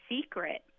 secret